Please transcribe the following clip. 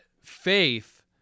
faith